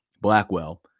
Blackwell